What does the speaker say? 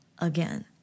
again